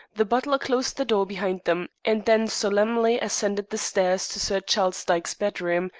the butler closed the door behind them, and then solemnly ascended the stairs to sir charles dyke's bedroom,